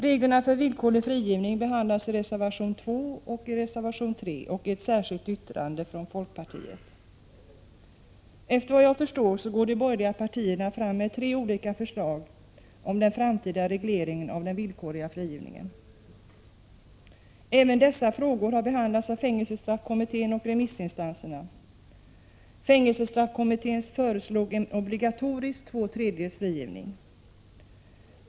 Reglerna för villkorlig frigivning behandlas i reservationerna 2 och 3 och i ett särskilt yttrande från folkpartiet. Efter vad jag förstår går de borgerliga partierna fram med tre olika förslag om den framtida regleringen av den villkorliga frigivningen. Även dessa frågor har behandlats av fängelsestraffkommittén och remissinstanserna. Fängelsestraffkommittén föreslog en obligatorisk villkorlig frigivning sedan två tredjedelar av strafftiden verkställts.